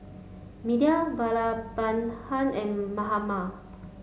Medha Vallabhbhai and Mahatma